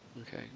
Okay